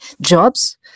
jobs